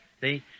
See